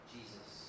Jesus